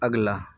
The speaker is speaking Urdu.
اگلا